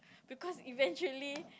because eventually